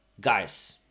guys